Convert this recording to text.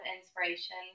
inspiration